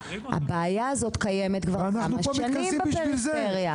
הבעיה הזאת קיימת כבר כמה שנים בפריפריה.